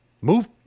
Move